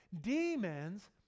demons